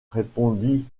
répondit